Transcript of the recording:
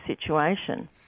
situation